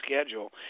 schedule